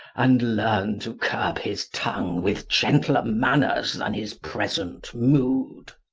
and learn to curb his tongue with gentler manners than his present mood.